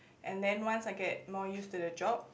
and then once I get more used to the job